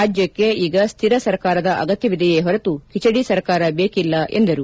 ರಾಜ್ಯಕ್ಕೆ ಈಗ ಸ್ಟಿರ ಸರ್ಕಾರದ ಅಗತ್ಯವಿದೆಯೇ ಹೊರತು ಕಿಚಡಿ ಸರ್ಕಾರ ಬೇಕಿಲ್ಲ ಎಂದರು